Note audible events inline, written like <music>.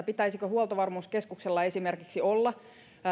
<unintelligible> pitäisikö huoltovarmuuskeskuksella esimerkiksi olla